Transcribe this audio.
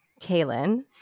Kaylin